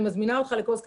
אני מזמינה אותך לכוס קפה,